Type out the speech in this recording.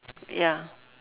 ya